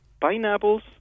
Pineapples